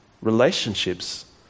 relationships